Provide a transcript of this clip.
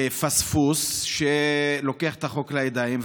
לפַספוס שלוקח את החוק לידיים.